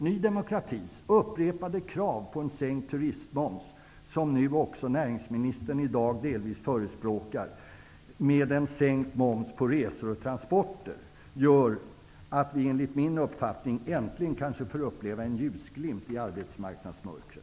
Ny demokratis upprepade krav på en sänkt turistmoms, som näringsministern i dag delvis förespråkar -- med sänkt moms på resor och transporter -- gör att vi äntligen kanske får uppleva en ljusglimt i arbetsmarknadsmörkret.